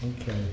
Okay